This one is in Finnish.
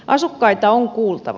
asukkaita on kuultava